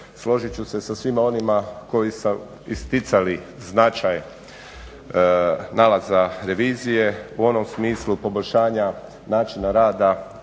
složit ću se sa svima onima koji su isticali značaj nalaza revizije u onom smislu poboljšanja načina rada